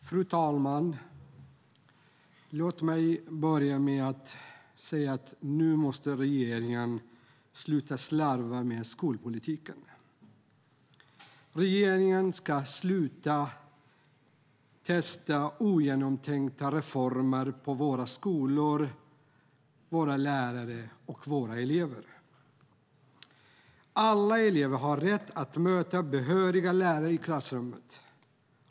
Fru talman! Låt mig börja med att säga att nu måste regeringen sluta slarva med skolpolitiken. Regeringen ska sluta testa ogenomtänkta reformer på våra skolor, våra lärare och våra elever. Alla elever har rätt att möta behöriga lärare i klassrummet.